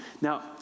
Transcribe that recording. Now